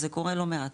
זה קורה לא מעט.